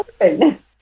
open